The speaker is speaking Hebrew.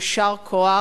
יישר כוח